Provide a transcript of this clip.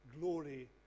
glory